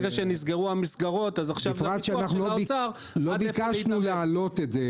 לא ביקשנו להעלות.